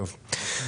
חוק ה-API,